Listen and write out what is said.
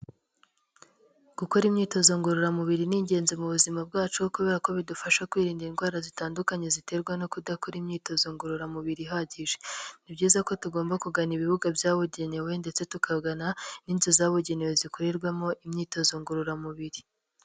Gukora imyitozo ngororamubiri ni ingenzi mu buzima bwacu kubera ko bidufasha kwirinda indwara zitandukanye ziterwa no kudakora imyitozo ngororamubiri ihagije. Ni byiza ko tugomba kugana ibibuga byabugenewe ndetse tukagana n'inzu zabugenewe zikorerwamo imyitozo ngororamubiri.